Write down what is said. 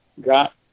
got